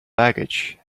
baggage